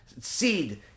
seed